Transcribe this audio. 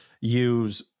use